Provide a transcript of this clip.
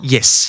Yes